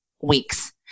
weeks